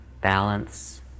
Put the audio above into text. balance